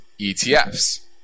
ETFs